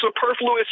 superfluous